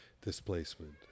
displacement